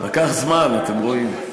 לקח זמן, אתם רואים.